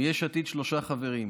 יש עתיד, שלושה חברים: